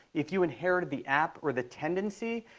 if you inherited the app or the tendency,